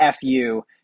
FU